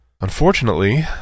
Unfortunately